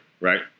right